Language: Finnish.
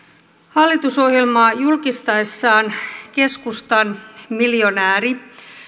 hallitusohjelmaa julkistaessaan keskustan miljonääri